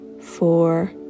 four